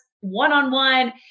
one-on-one